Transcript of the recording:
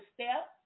step